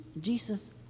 Jesus